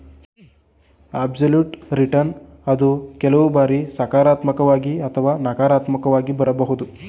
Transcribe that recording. absolute return ಅದು ಕೆಲವು ಬಾರಿ ಸಕಾರಾತ್ಮಕವಾಗಿ ಅಥವಾ ನಕಾರಾತ್ಮಕವಾಗಿ ಬರಬಹುದು